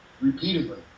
Repeatedly